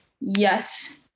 yes